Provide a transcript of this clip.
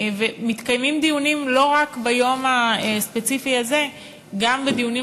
ומתקיימים דיונים לא רק ביום הספציפי הזה אלא גם דיונים,